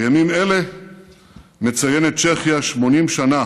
בימים אלה מציינת צ'כיה 80 שנה